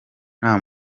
nta